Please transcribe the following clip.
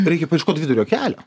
reikia paieškot vidurio kelio